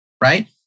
right